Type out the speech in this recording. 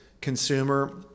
consumer